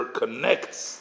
connects